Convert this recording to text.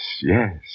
yes